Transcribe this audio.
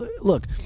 look